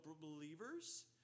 believers